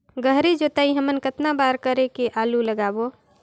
गहरी जोताई हमन कतना बार कर के आलू लगाबो?